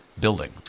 building